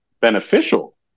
beneficial